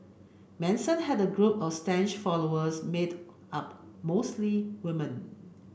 Manson had a group of staunch followers made up mostly woman